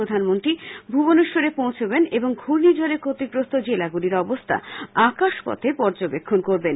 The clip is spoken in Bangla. প্রধানমন্ত্রী ভ়বনেশ্বর পৌঁছবেন এবং ঘূর্ণিঝডে ক্ষতিগ্রস্ত জেলাগুলির অবস্থা আকাশপথে পর্যবেক্ষণ করবেন